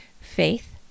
faith